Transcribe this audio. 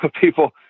people